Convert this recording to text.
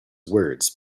words